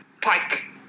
Pike